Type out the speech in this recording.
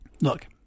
look